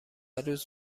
روز